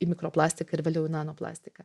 į mikroplastiką irvėliau į nanoplastiką